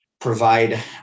provide